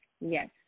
yes